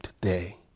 today